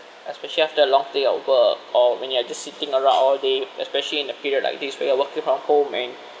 especially after a long day of work or when you are just sitting around all day especially in the period like this where you're working from home and